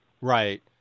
right